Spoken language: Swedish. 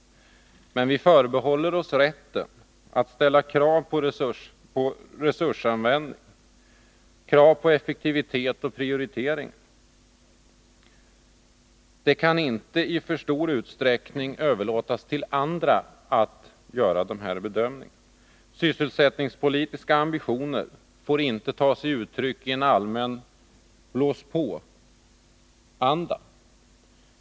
Men vi förbehåller oss rätten att ställa krav på resursanvändning, effektivitet och prioriteringar. Att göra dessa bedömningar kan inte överlåtas till andra. Sysselsättningspolitiska ambitioner får inte ta sig uttryck i en allmän ”blås-på-anda”.